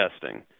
testing